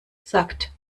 sagt